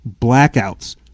blackouts